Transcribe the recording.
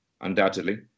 Undoubtedly